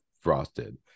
frosted